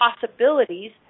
possibilities